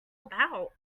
about